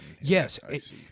Yes